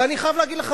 ואני חייב להגיד לך,